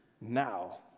Now